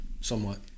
somewhat